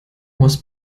was